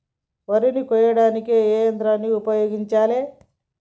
వరి కొయ్యడానికి ఏ యంత్రాన్ని ఉపయోగించాలే?